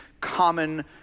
common